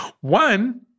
one